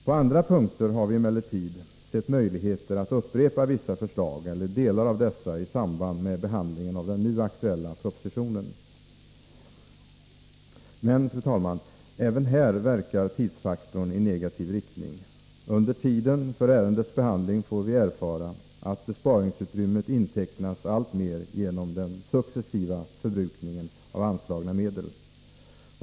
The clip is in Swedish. På andra punkter har vi emellertid sett möjligheter att upprepa vissa förslag eller delar av dessa i samband med behandlingen av den nu aktuella propositionen. Men, fru talman, även här verkar tidsfaktorn i negativ riktning. Under tiden för ärendets behandling får vi erfara att besparingsutrymmet intecknas alltmer genom den successiva förbrukningen av anslagna medel.